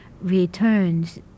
returns